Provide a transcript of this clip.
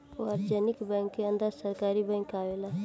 वाणिज्यिक बैंक के अंदर सरकारी बैंक आवेला